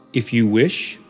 if you wish,